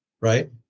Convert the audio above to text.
right